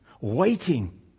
waiting